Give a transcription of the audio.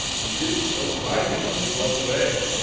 he lifs close by me, a few doors away.